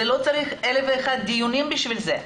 לא צריך אלף ואחד דיונים בשביל זה.